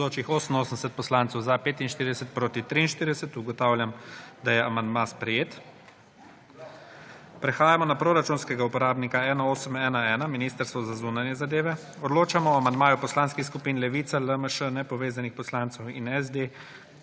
43. (Za je glasovalo 45.) (Proti 43.) Ugotavljam, da je amandma sprejet. Prehajamo na proračunskega uporabnika 1811 – Ministrstvo za zunanje zadeve. Odločamo o amandmaju poslanskih skupin Levica, LMŠ, nepovezanih poslancev in SD